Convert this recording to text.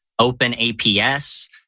OpenAPS